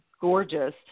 gorgeous